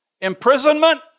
imprisonment